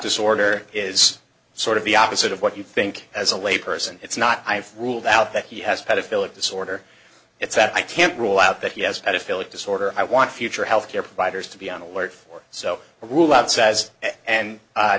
disorder is sort of the opposite of what you think as a lay person it's not i have ruled out that he has pedophile it disorder it's that i can't rule out that he has a pedophile a disorder i want future health care providers to be on alert for so a